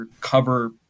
cover